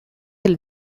del